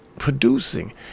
producing